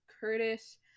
curtis